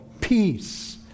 Peace